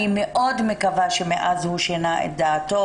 אני מאוד מקווה שמאז הוא שינה את דעתו